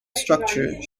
structure